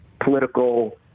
political